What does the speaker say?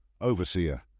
Overseer